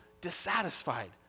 dissatisfied